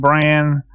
brand